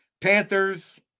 Panthers